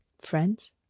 Friends